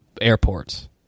airports